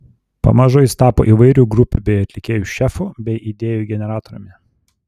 pamažu jis tapo įvairių grupių bei atlikėjų šefu bei idėjų generatoriumi